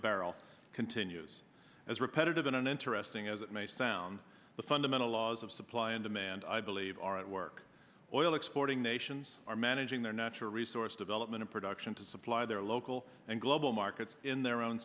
barrel continues as repetitive in an interesting as it may sound the fundamental laws of supply and demand i believe are at work oil exporting nations are managing their natural resource development production to supply their local and global markets in their own